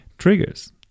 triggers